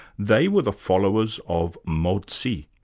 they were the followers of mozi,